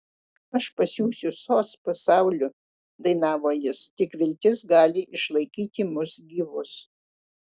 aš pasiųsiu sos pasauliu dainavo jis tik viltis gali išlaikyti mus gyvus